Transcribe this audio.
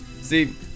see